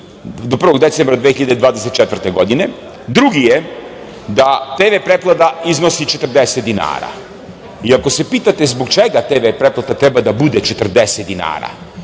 do 1. decembra 2024. godine. Drugi je da TV pretplata iznosi 40 dinara. I ako se pitate zbog čega TV pretplata treba da bude 40 dinara,